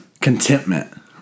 contentment